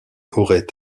aurait